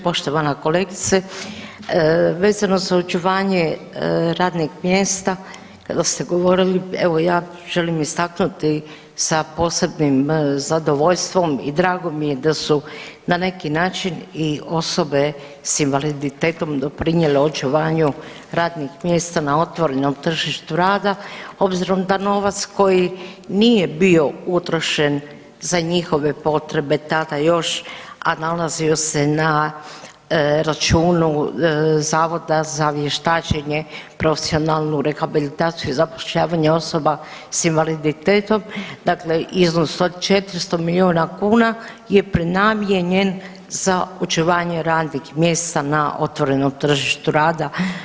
Poštovana kolegice vezano za očuvanje radnih mjesta kada ste govorili, evo ja želim istaknuti sa posebnim zadovoljstvom i drago mi je da su na neki način i osobe s invaliditetom doprinijele očuvanju radnih mjesta na otvorenom tržištu rada obzirom da novac koji nije bio utrošen za njihove potrebe tada još a nalazio se na računu Zavoda za vještačenje, profesionalnu rehabilitaciju, zapošljavanje osoba sa invaliditetom dakle iznos od 400 milijuna kuna je prenamijenjen za očuvanje radnih mjesta na otvorenom tržištu rada.